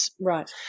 Right